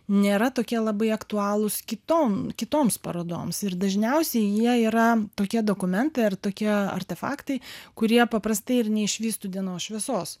nėra tokie labai aktualūs kitom kitoms parodoms ir dažniausiai jie yra tokie dokumentai ar tokie artefaktai kurie paprastai ir neišvystų dienos šviesos